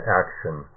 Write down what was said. action